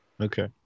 Okay